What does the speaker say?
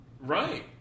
Right